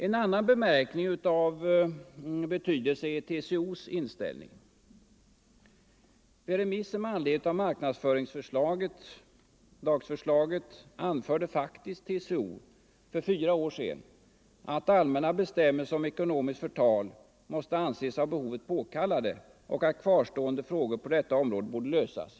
En annan faktor av betydelse är TCO:s inställning. I sitt remissyttrande med anledning av marknadsföringslagförslaget anförde faktiskt TCO att allmänna bestämmelser om ekonomiskt förtal måste anses av behovet påkallade och att kvarstående frågor på detta område borde lösas.